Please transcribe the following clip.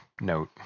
note